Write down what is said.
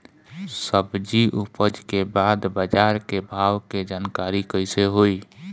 सब्जी उपज के बाद बाजार के भाव के जानकारी कैसे होई?